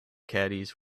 caddies